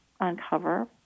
uncover